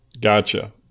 Gotcha